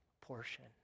portion